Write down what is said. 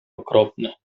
okropny